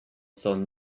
son